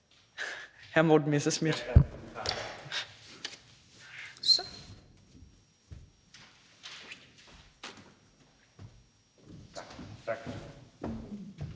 Hvad er det